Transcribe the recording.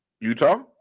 Utah